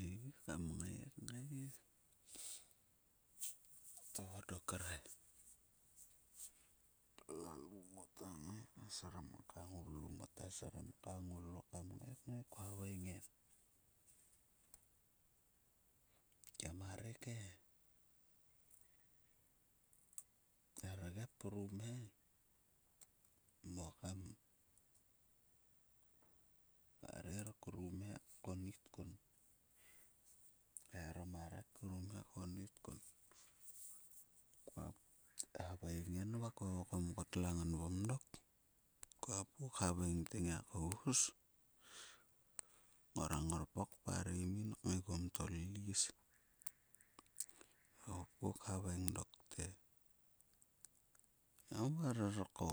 Ei kam ngai kngai, to dok kre lalu moto ngai ka srim ka ngoulu. Mota srim ka ngulu kam ngai, ngai kua havaing en. kemarer ke rgep rum he mo kam marer krum he mo kmonit kun. Kua havaing en va kua vokom ko tla nganvgum dok. Kua hopku khaveing te ngiak huhus. Ngora ngorpok parem yin kngaiguom tolilis. Thopku khaveng dok te, "ya mamarer ko."